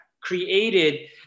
created